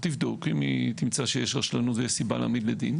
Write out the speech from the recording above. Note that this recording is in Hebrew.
היא תבדוק ואם היא תמצא שיש רשלנות ויש סיבה להעמיד לדין,